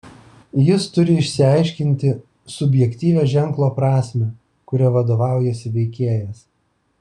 jis turi išsiaiškinti subjektyvią ženklo prasmę kuria vadovaujasi veikėjas